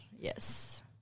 Yes